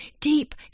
deep